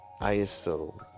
ISO